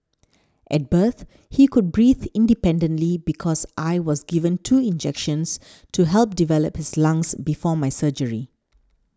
at birth he could breathe independently because I was given two injections to help develop his lungs before my surgery